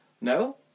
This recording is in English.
No